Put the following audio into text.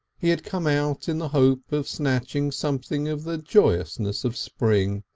he had come out in the hope of snatching something of the joyousness of spring.